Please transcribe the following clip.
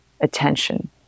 attention